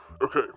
Okay